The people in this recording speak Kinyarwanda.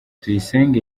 tuyisenge